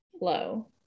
low